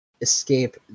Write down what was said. escape